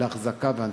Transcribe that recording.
לאחזקה והנצחה.